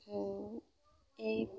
এই